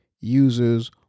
users